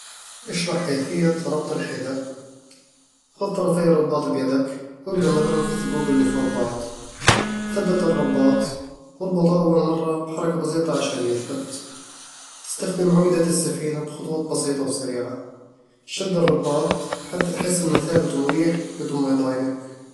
اشرح كيفية ربط الحذاء. خد طرفي الرباط بيدك، وابدأ بمررهم في الثقوب اللي فوق بعض ثبت الرباط وربطه أول مرة بحركة بسيطة عشان يثبت استخدم عقدة السفينّة بخطوات بسيطة وسريعة شد الرباط حتى تحس إنه ثابت ومريح بدون ما يضايقك